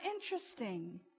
interesting